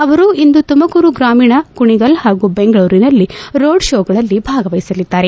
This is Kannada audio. ಅವರು ಇಂದು ತುಮಕೂರು ಗ್ರಾಮೀಣ ಕುಣಿಗಲ್ ಹಾಗೂ ಬೆಂಗಳೂರಿನಲ್ಲಿ ರೋಡ್ ಷೋಗಳಲ್ಲಿ ಭಾಗವಹಿಸಲಿದ್ದಾರೆ